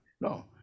no